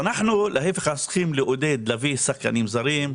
אנחנו צריכים לעודד להביא שחקנים זרים,